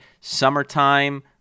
Summertime